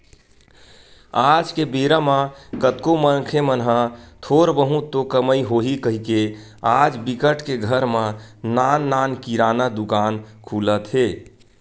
आज के बेरा म कतको मनखे मन ह थोर बहुत तो कमई होही कहिके आज बिकट के घर म नान नान किराना दुकान खुलत हे